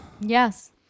Yes